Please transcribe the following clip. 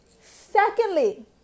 Secondly